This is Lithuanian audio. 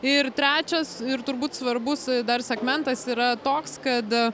ir trečias ir turbūt svarbus dar segmentas yra toks kad